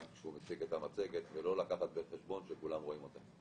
כשהוא מציג את המצגת ולא להניח שכולם רואים אותה.